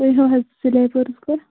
تُہۍ ما ہٲیِو حظ سِلیپٲرٕس کانٛہہ